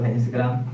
Instagram